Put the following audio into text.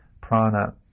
prana